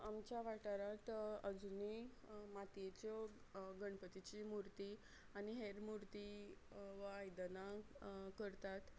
आमच्या वाठारात अजुनीय मातयेच्यो गणपतीची मुर्ती आनी हेर मुर्ती वा आयदनां करतात